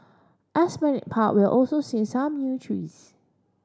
Esplanade Park will also see some new trees